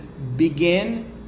begin